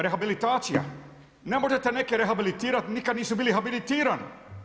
Rehabilitacija, ne možete neke rehabilitirati, nikada nisu bili rehabilitirani.